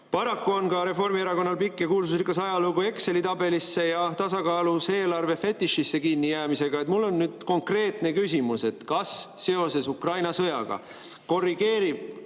Paraku on Reformierakonnal pikk ja kuulsusrikas ajalugu ka Exceli tabelisse ja tasakaalus eelarve fetišisse kinnijäämisega. Mul on konkreetne küsimus: kas seoses Ukraina sõjaga korrigeerib